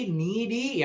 needy